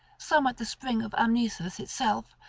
some at the spring of amnisus itself,